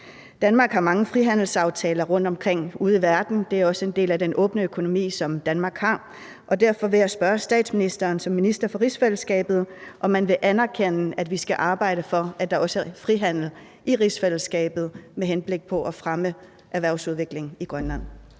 Danmark har mange frihandelsaftaler rundtomkring i verden, det er også en del af den åbne økonomi, som Danmark har, og derfor vil jeg spørge statsministeren som minister for rigsfællesskabet, om man vil anerkende, at vi skal arbejde for, at der også bliver frihandel i rigsfællesskabet med henblik på at fremme erhvervsudviklingen i Grønland.